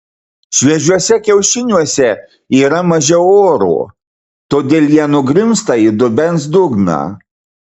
šviežiuose kiaušiniuose yra mažiau oro todėl jie nugrimzta į dubens dugną